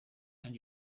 and